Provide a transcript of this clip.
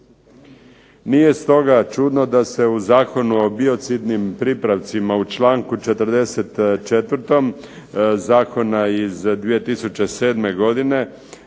Nije stoga čudno da se u Zakonu o biocidnim pripravcima u članku 44. zakona iz 2007. godine,